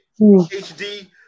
HD